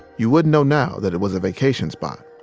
you wouldn't know now that it was a vacation spot.